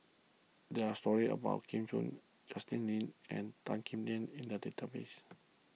there are stories about Gu Juan Justin Lean and Tan Kim Tian in the database